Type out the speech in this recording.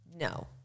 No